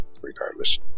regardless